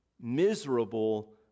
miserable